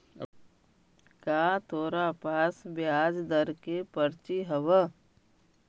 का तोरा पास ब्याज दर के पर्ची हवअ